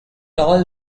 all